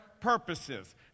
purposes